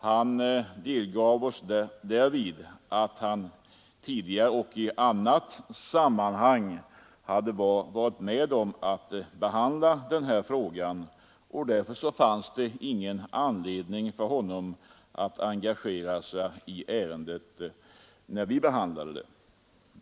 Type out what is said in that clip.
Han framhöll att han tidigare och i annat sammanhang hade varit med om att behandla frågan, och därför fanns det ingen anledning för honom att engagera sig i ärendet då vi behandlade det.